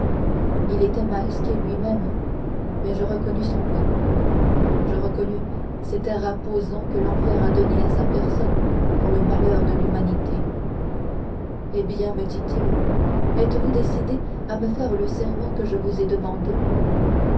il était masqué lui-même mais je reconnus son pas je reconnus cet air imposant que l'enfer a donné à sa personne pour le malheur de l'humanité eh bien me dit-il êtes-vous décidée à me faire le serment que je vous ai demandé